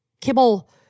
kibble